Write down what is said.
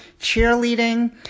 cheerleading